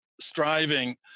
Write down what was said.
striving